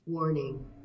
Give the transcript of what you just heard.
Warning